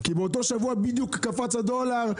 כי באותו שבוע בדיוק קפץ הדולר,